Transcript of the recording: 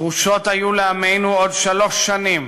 דרושות היו לעמנו עוד שלוש שנים